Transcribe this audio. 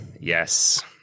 Yes